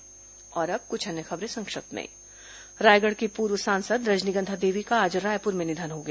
संक्षिप्त समाचार अब कुछ अन्य खबरें संक्षिप्त में रायगढ़ की पूर्व सांसद रजनीगंधा देवी का आज रायपुर में निधन हो गया